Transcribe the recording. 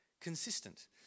consistent